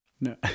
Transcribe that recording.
No